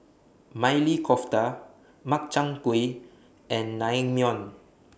Maili Kofta Makchang Gui and Naengmyeon